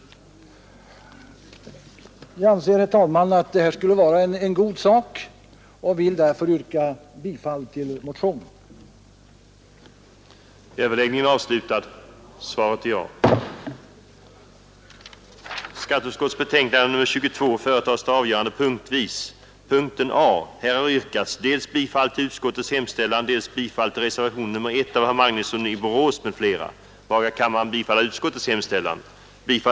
Jag anser, herr talman, att det skulle vara en god sak och yrkar därför bifall till motionen 109.